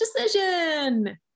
decision